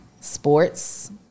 sports